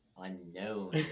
unknown